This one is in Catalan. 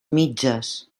mitges